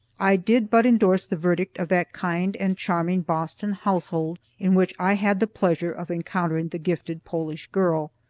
i did but endorse the verdict of that kind and charming boston household in which i had the pleasure of encountering the gifted polish girl,